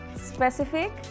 specific